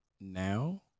now